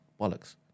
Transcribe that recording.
bollocks